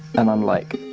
and i'm like,